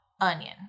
onion